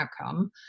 outcome